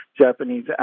Japanese